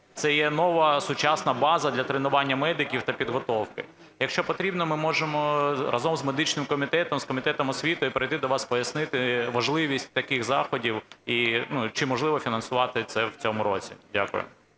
Це є нова сучасна база для тренування медиків та підготовки. Якщо потрібно, ми можемо разом з медичним комітетом, з Комітетом освіти прийти до вас, пояснити важливість таких заходів. І чи можливо фінансувати це в цьому році? Дякую.